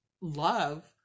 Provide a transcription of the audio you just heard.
love